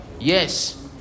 yes